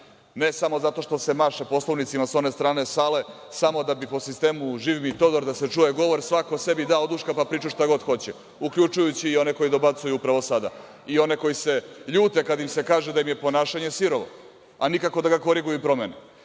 Ne, samo zato što se maše poslovnicima s one strane sale samo da bi po sistemu – živ mi Todor da se čuje govor, svako sebi da oduška, pa priča šta god hoće, uključujući i one koji dobacuju upravo sada, i one koji se ljute kada im se kaže da im je ponašanje sirovo, a nikako da ga koriguju i promene.